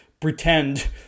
pretend